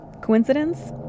Coincidence